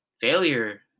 failure